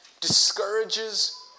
discourages